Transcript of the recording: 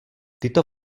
tyto